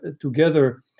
together